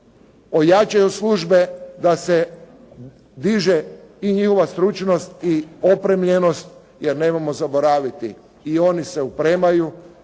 ojačaju službe, da se diže i njihova stručnost i opremljenost jer nemojmo zaboraviti i oni se opremaju